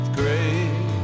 great